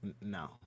No